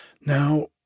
Now